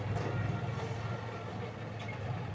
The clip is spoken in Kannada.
ಯು.ಪಿ.ಐ ಸೇವೆ ಇಂದ ನನ್ನ ಮೊಬೈಲ್ ಸಂಖ್ಯೆ ಹೆಂಗ್ ಲಿಂಕ್ ಮಾಡಬೇಕು?